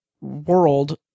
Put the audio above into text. world